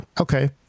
okay